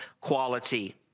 quality